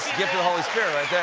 the holy spirit